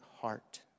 heart